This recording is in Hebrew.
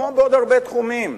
כמו בעוד הרבה תחומים: